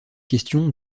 questions